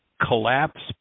collapse